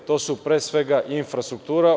To su pre svega infrastruktura.